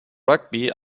rugby